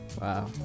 wow